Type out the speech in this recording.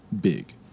big